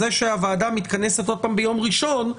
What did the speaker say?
זה שהוועדה מתכנסת שוב ביום ראשון,